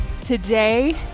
Today